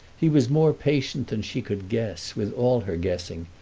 he was more patient than she could guess, with all her guessing,